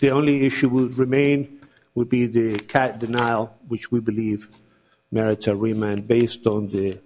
the only issue would remain would be the cat denial which we believe merit to remain based on the